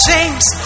James